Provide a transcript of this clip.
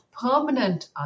permanent